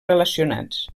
relacionats